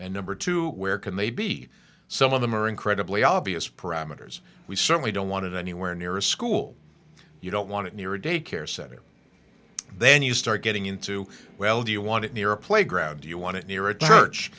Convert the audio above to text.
and number two where can they be some of them are incredibly obvious parameters we certainly don't want it anywhere near a school you don't want it near a daycare center then you start getting into well do you want it near a playground do you want it near a church